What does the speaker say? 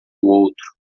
outro